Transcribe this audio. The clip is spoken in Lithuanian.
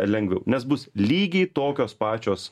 lengviau nes bus lygiai tokios pačios